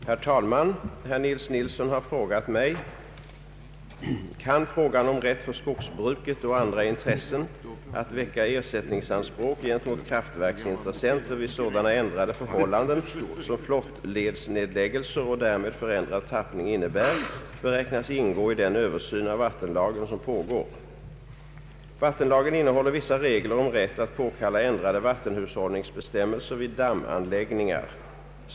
Herr talman! Herr Nils Nilsson har frågat mig: ”Kan frågan om rätt för skogsbruket och andra intressen att väcka =<ersättningsanspråk «gentemot kraftverksintressenter vid sådana ändrade förhållanden, som flottledsnedläggelser och därmed förändrad tappning innebär, beräknas ingå i den översyn av vattenlagen som pågår?” Vattenlagen innehåller vissa regler om rätt att påkalla ändrade vattenhushållningsbestämmelser vid dammanläggningar.